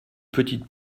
petite